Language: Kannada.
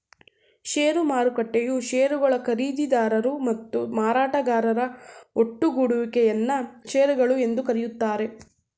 ಷೇರು ಮಾರುಕಟ್ಟೆಯು ಶೇರುಗಳ ಖರೀದಿದಾರರು ಮತ್ತು ಮಾರಾಟಗಾರರ ಒಟ್ಟುಗೂಡುವಿಕೆ ಯನ್ನ ಶೇರುಗಳು ಎಂದು ಕರೆಯುತ್ತಾರೆ